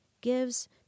gives